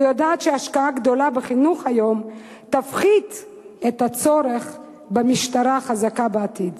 ויודעת שהשקעה גדולה בחינוך היום תפחית את הצורך במשטרה חזקה בעתיד.